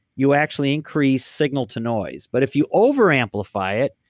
you actually increase signal to noise but if you over amplify it,